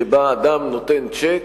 שבה אדם נותן צ'ק